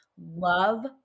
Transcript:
love